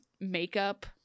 makeup